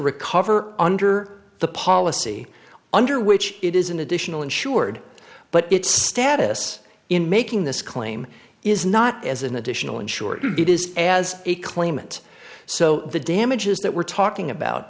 recover under the policy under which it is an additional insured but its status in making this claim is not as an additional insured it is as a claimant so the damages that we're talking about